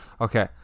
okay